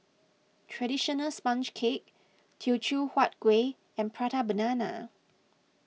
Traditional Sponge Cake Teochew Huat Kuih and Prata Banana